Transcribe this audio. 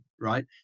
Right